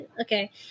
Okay